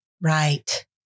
Right